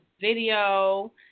video